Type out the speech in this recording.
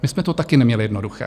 My jsme to taky neměli jednoduché.